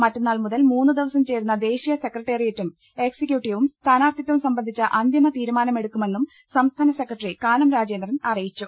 മറ്റന്നാൾ മുതൽ മൂന്ന് ദിവസം ചേരുന്ന ദേശീയ സെക്രട്ട റിയേറ്റും എക്സിക്യൂട്ടീവും സ്ഥാനാർഥിത്വം സംബന്ധിച്ച അന്തിമ തീരുമാനമെടുക്കുമെന്നും സംസ്ഥാന സെക്രട്ടറി കാനം രാജേന്ദ്രൻ അറിയിച്ചു